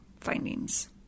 findings